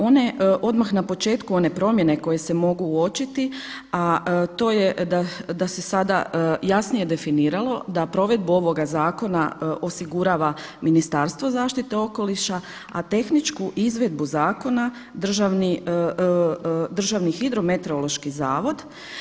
One odmah na početku one promjene koje se mogu uočiti, a to je da se sada jasnije definiralo da provedbu ovoga zakona osigurava Ministarstvo zaštite okoliša, a tehničku izvedbu zakona Državni hidrometeorološki zavod.